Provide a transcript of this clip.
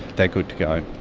they are good to go. and